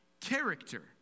Character